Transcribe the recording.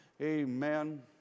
Amen